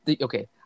okay